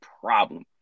problem